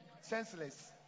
senseless